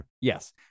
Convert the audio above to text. Yes